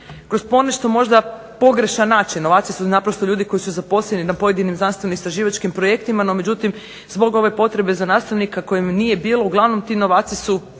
kroz ponešto možda pogrešan način. Novaci su naprosto ljudi koji su zaposleni na pojedinim znanstveno istraživačkim projektima no međutim zbog ove potrebe za nastavnika kojem bilo uglavnom ti novaci su